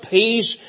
peace